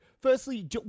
firstly